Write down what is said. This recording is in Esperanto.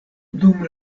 dum